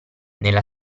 nella